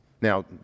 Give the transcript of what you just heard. Now